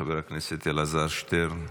חבר הכנסת אלעזר שטרן,